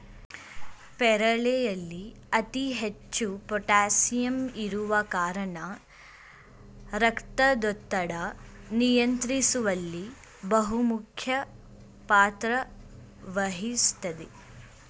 ಪೇರಳೆಯಲ್ಲಿ ಅತಿ ಹೆಚ್ಚು ಪೋಟಾಸಿಯಂ ಇರುವ ಕಾರಣ ರಕ್ತದೊತ್ತಡ ನಿಯಂತ್ರಿಸುವಲ್ಲಿ ಬಹುಮುಖ್ಯ ಪಾತ್ರ ವಹಿಸ್ತದೆ